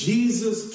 Jesus